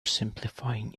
simplifying